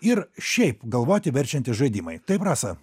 ir šiaip galvoti verčiantys žaidimai taip rasa